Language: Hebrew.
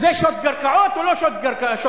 זה שוד קרקעות או לא שוד קרקעות?